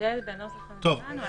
ההבדל ביניהם הוא התאריך?